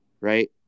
right